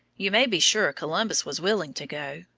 you may be sure columbus was willing to go.